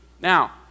Now